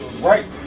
right